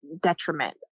detriment